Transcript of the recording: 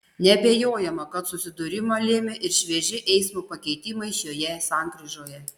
neabejojama kad susidūrimą lėmė ir švieži eismo pakeitimai šioje sankryžoje